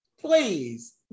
please